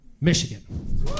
Michigan